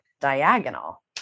diagonal